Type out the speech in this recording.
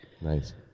nice